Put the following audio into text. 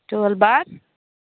twelve bar